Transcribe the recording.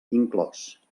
inclòs